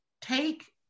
take